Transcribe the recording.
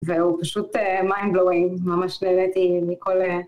והוא פשוט mind blowing, ממש נהניתי מכל...